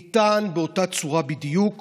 ניתן באותה צורה בדיוק